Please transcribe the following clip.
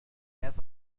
have